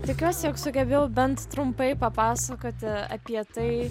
tikiuosi jog sugebėjau bent trumpai papasakoti apie tai